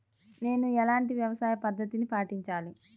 నేను ఎలాంటి వ్యవసాయ పద్ధతిని పాటించాలి?